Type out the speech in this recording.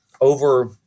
Over